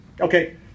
Okay